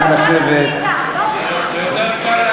ולכן,